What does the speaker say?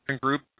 group